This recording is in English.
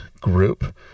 group